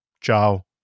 Ciao